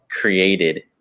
created